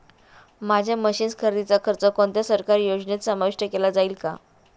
माझ्या मशीन्स खरेदीचा खर्च कोणत्या सरकारी योजनेत समाविष्ट केला जाईल का?